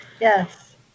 Yes